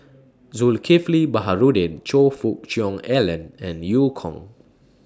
Zulkifli Baharudin Choe Fook Cheong Alan and EU Kong